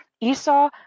Esau